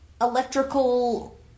electrical